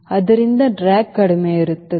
ಆದ್ದರಿಂದ ಡ್ರ್ಯಾಗ್ ಕಡಿಮೆ ಇರುತ್ತದೆ